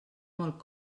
molt